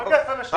שיהיה ברור.